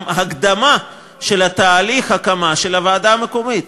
גם הקדמה של תהליך ההקמה של הוועדה המקומית.